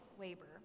labor